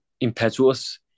impetuous